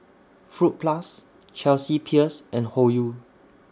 Fruit Plus Chelsea Peers and Hoyu